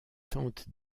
tente